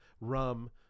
rum